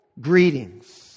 Greetings